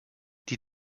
die